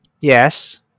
yes